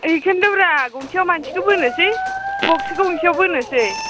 बेखौन्थ'ब्रा गंसेयाव मानसिखौ बोनोसै बक्सखौ मोनसेयाव बोनोसै